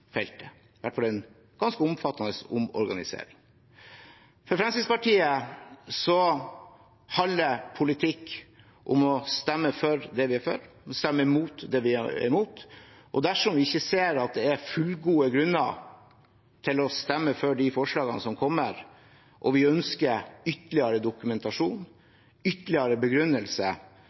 en ganske omfattende omorganisering. For Fremskrittspartiet handler politikk om å stemme for det vi er for, og stemme imot det vi er imot. Dersom vi ikke ser at det er fullgode grunner til å stemme for de forslagene som kommer, og vi ønsker ytterligere dokumentasjon, ytterligere begrunnelse,